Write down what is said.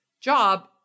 job